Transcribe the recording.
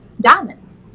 diamonds